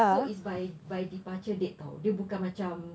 so it's by by departure date [tau] dia bukan macam